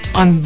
on